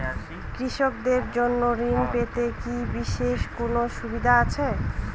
কৃষকদের জন্য ঋণ পেতে কি বিশেষ কোনো সুবিধা আছে?